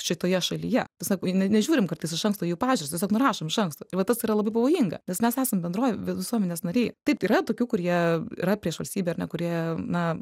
šitoje šalyje sako ne nežiūrim kartais iš anksto į jų pažiūras tiesiog nurašom iš anksto va tas yra labai pavojinga nes mes esam bendroj visuomenės nariai taip yra tokių kurie yra prieš valstybę ar ne kurie na